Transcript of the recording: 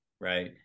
right